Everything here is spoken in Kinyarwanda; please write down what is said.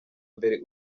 mbere